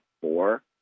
four